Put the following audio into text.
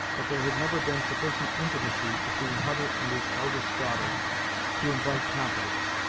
but there had never been sufficient intimacy between hutter and his eldest daughter to invite confidence.